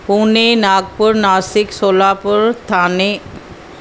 Pune Nagpur Nashik Solapur Thane